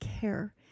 care